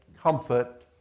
comfort